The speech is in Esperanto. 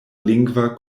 lingva